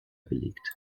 gelegt